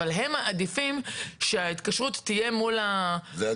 אבל הם מעדיפים שההתקשרות תהיה מול החברה,